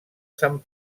sant